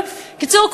בקיצור,